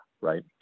right